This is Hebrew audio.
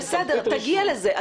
בסדר, אתה תגיע לזה.